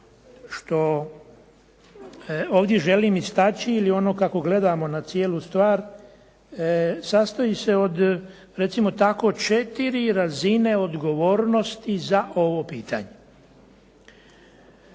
što ovdje želim istaći ili ono kako gledamo na cijelu stvar, sastoji se od recimo tako od 4 razine odgovornosti za ovo pitanje.